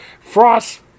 Frost